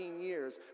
years